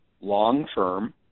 long-term